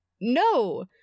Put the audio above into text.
no